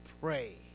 pray